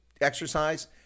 exercise